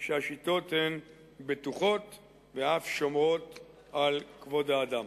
כי השיטות הן בטוחות ואף שומרות על כבוד האדם.